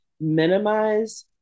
minimize